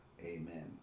Amen